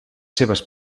seves